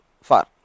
far